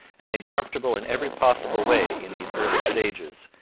and made comfortable in every possible way in these early stages,